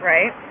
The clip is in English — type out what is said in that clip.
Right